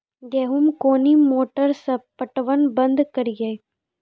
गेहूँ कोनी मोटर से पटवन बंद करिए?